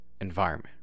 environment